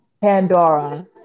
Pandora